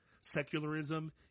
secularism